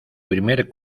primer